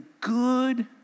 good